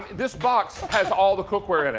this box has all the cook ware in it.